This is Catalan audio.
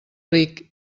ric